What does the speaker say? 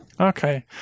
Okay